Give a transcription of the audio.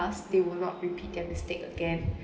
past they will not repeat their mistake again